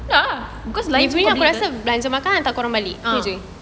by this way either uh